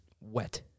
wet